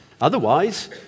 Otherwise